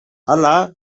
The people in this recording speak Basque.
hala